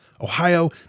Ohio